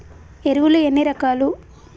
ఎరువులు ఎన్ని రకాలు?